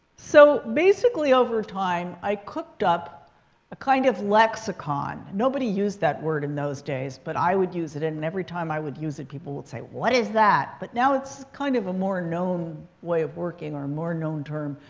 so basically, over time, i cooked up a kind of lexicon nobody used that word in those days. but i would use it. and and every time i would use it, people would say, what is that? but now, it's kind of a more known way of working or more known term.